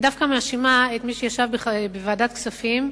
אני דווקא מאשימה את מי שישב בוועדת הכספים,